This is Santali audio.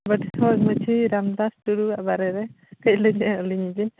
ᱢᱟᱺᱡᱷᱤ ᱨᱟᱢᱫᱟᱥ ᱴᱩᱰᱩᱭᱟᱜ ᱵᱟᱨᱮ ᱨᱮ ᱠᱟᱹᱡ ᱞᱟᱹᱭ ᱧᱚᱜ ᱟᱹᱞᱤᱧ ᱵᱤᱱ